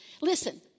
Listen